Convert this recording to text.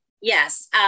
Yes